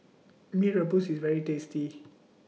Mee Rebus IS very tasty